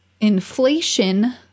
inflation